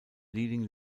leading